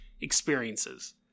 experiences